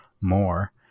more